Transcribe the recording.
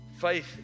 Faith